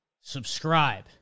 Subscribe